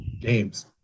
games